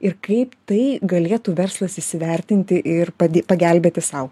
ir kaip tai galėtų verslas įsivertinti ir pati pagelbėti sau